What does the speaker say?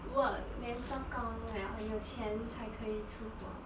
work then 做工了有钱才可以出国